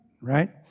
right